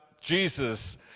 Jesus